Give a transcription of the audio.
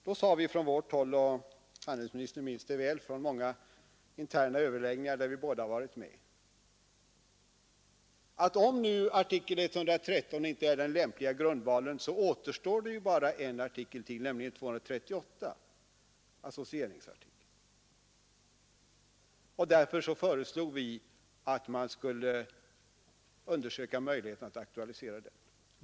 Då sade vi från vårt håll — och handelsministern minns det väl från många interna överläggningar där vi båda var med — att om nu artikel 113 inte är den lämpliga grundvalen så återstår bara en artikel, nämligen 238, associeringsartikeln. Därför föreslog vi att man skulle undersöka möjligheterna att aktualisera den.